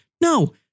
no